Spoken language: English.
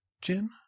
Jin